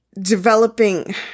developing